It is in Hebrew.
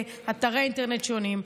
ואתרי אינטרנט שונים,